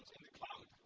in the cloud,